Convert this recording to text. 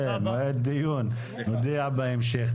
דיון בהמשך.